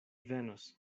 venos